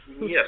Yes